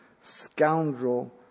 scoundrel